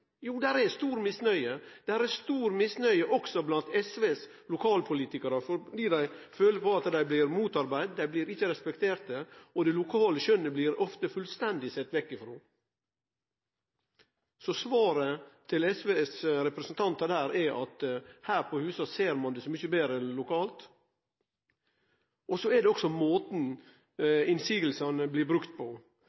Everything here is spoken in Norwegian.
Jo, det er stor misnøye. Det er stor misnøye også blant SVs lokalpolitikarar, fordi dei føler at dei blir motarbeidde, dei blir ikkje respekterte, og det lokale skjønnet blir ofte fullstendig sett vekk frå. Så svaret frå SVs representantar her er at her på huset ser ein det så mykje betre enn lokalt. Så er det også måten